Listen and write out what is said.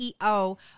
CEO